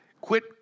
Quit